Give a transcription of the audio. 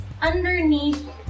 underneath